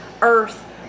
Earth